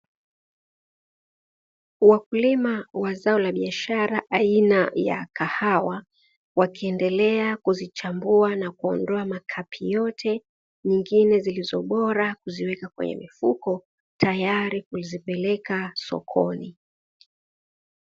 Wakulima wa zao la biashara aina ya kahawa, wakiendelea kuzichambua na kuondoa makapi yote, nyingine zilizo bora kuziweka kwenye mifuko, tayari kuzipeleka sokoni.